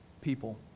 people